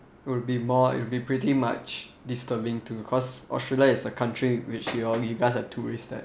it'll be more it'll be pretty much disturbing to cause australia is a country which you all are you guys are tourists there